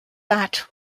bat